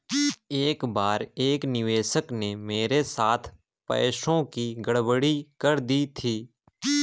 एक बार एक निवेशक ने मेरे साथ पैसों की गड़बड़ी कर दी थी